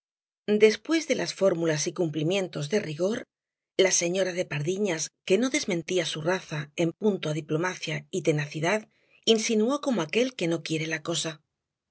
después de las fórmulas y cumplimientos de rigor la señora de pardiñas que no desmentía su raza en punto á diplomacia y tenacidad insinuó como aquel que no quiere la cosa